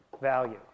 value